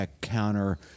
counter